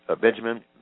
Benjamin